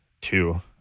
two